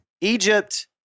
Egypt